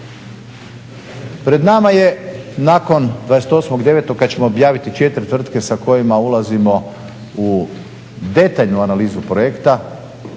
Pred nama je nakon 28.9. kad ćemo objaviti četiri tvrtke sa kojima ulazimo u detaljnu analizu projekta